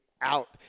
out